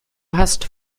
hast